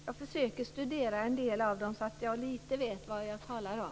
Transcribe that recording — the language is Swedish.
Jag försöker att studera en del av dessa tidningar så att jag lite grann vet vad jag talar om.